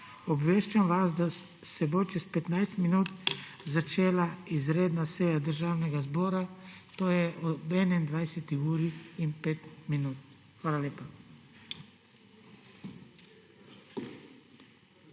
Obveščam vas, da se bo čez 15 minut začela izredna seja Državnega zbora, to je ob 21. uri in 5 minut. Hvala lepa.